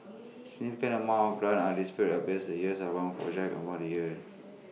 significant amounts of grants are disbursed best years I want projects among the year